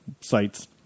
sites